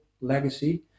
legacy